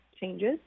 changes